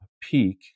peak